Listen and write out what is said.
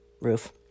roof